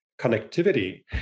connectivity